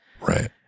Right